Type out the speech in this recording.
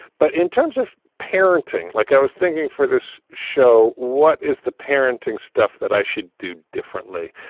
but in terms of parenting, like i was thinking for this show, what is the parenting stuff that i should do differently?